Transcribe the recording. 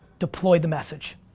deploy the message.